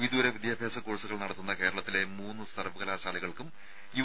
വിദൂര വിദ്യാഭ്യാസ കോഴ്സുകൾ നടത്തുന്ന കേരളത്തിലെ മൂന്ന് സർവ്വകലാശാലകൾക്കും യു